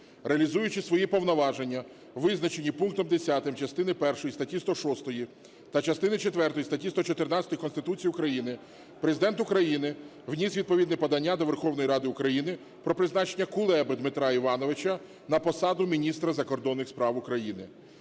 Реалізуючи свої повноваження, визначені пунктом 10 частини першої статті 106 та частини четвертої статті 114 Конституції України Президент України вніс відповідне подання до Верховної Ради України про призначення Кулеби Дмитра Івановича на посаду міністра закордонних справ України.